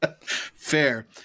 fair